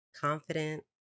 confident